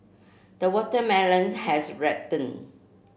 the watermelons has ripened